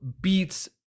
beats